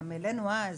גם העלינו אז